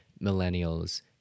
Millennials